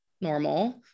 normal